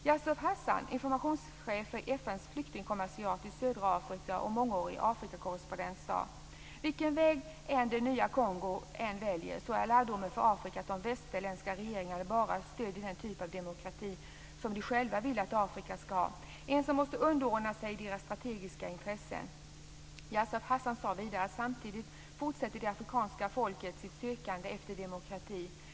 Yusuf Hassan, informationschef för FN:s flyktingkommissariat i södra Afrika och mångårig Afrikakorrespondent, sade: Vilken väg det nya Kongo än väljer, så är lärdomen för Afrika att de västerländska länderna bara stöder den typ av demokrati som de själva vill att Afrika skall ha; en som måste underordna sig deras strategiska intressen. Yusuf Hassan sade vidare: Samtidigt fortsätter det afrikanska folket sitt sökande efter demokrati.